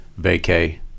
vacay